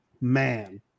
man